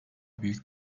büyük